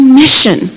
mission